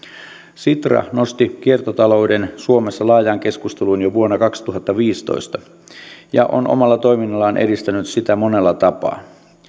sitra nosti kiertotalouden suomessa laajaan keskusteluun jo vuonna kaksituhattaviisitoista ja on omalla toiminnallaan edistänyt sitä monella tapaa